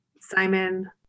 Simon